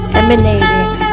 emanating